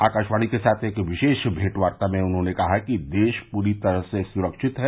आकाशवाणी के साथ एक विशेष भेंटवार्ता में उन्होंने कहा कि देश पूरी तरह से सुरक्षित है